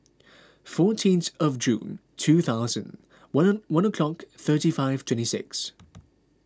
fourteenth of June two thousand one one o'clock thirty five twenty six